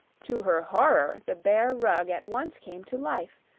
to her horror, the bear rug at once came to life,